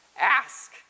ask